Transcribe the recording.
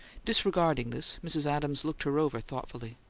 disregarding this, mrs. adams looked her over thoughtfully.